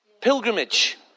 Pilgrimage